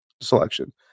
selection